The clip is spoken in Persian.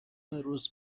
روز